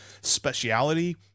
speciality